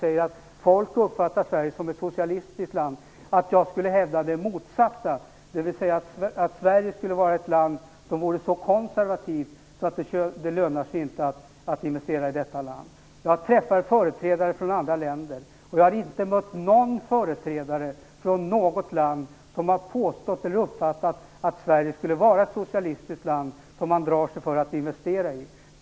Det vore mig fullständigt främmande att gå ut och hävda det motsatta, dvs. att Sverige skulle vara ett land där man är så konservativ att det inte lönar sig att investera i detta land. Jag träffar företrädare från andra länder, och jag har inte mött någon företrädare, från något land, som har påstått eller uppfattat att Sverige skulle vara ett socialistiskt land som man drar sig för att investera i.